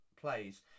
plays